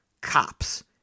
cops